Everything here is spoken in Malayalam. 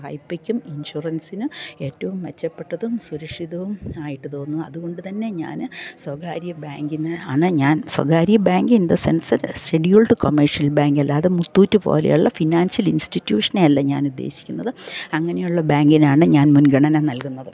വായ്പ്പക്കും ഇൻഷുറൻസിനും ഏറ്റവും മെച്ചപ്പെട്ടതും സുരക്ഷിതവും ആയിട്ട് തോന്നുന്നത് അതുകൊണ്ട് തന്നെ ഞാന് സ്വകാര്യ ബാങ്കിൽ നിന്ന് ആണ് ഞാൻ സ്വകാര്യ bank in the sense scheduled commercial ബാങ്കല്ല അത് മുത്തൂറ്റ് പോലെ ഉള്ള ഫിനാൻഷ്യൽ ഇൻസ്റ്റിട്യൂഷനെ അല്ല ഞാൻ ഉദ്ദേശിക്കുന്നത് അങ്ങനെ ഉള്ള ബാങ്കിനാണ് ഞാൻ മുൻഗണന നൽകുന്നത്